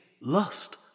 lust